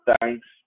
thanks